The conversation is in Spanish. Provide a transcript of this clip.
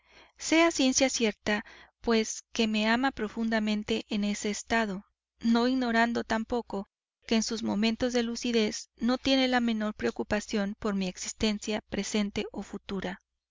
a ciencia cierta pues que me ama profundamente en ese estado no ignorando tampoco que en sus momentos de lucidez no tiene la menor preocupación por mi existencia presente o futura